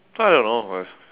I don't know my